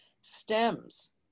stems